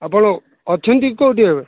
ଆପଣ ଅଛନ୍ତି କେଉଁଠି ଏବେ